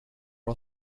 are